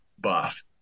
buff